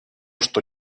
что